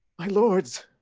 my lords,